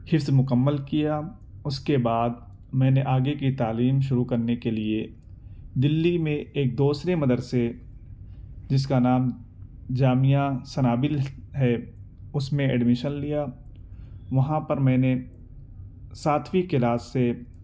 حفظ مکمل کیا اس کے بعد میں نے آگے کی تعلیم شروع کرنے کے لیے دلی میں ایک دوسرے مدرسے جس کا نام جامعہ صنابل ہے اس میں ایڈمیشن لیا وہاں پر میں نے ساتویں کلاس سے